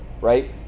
right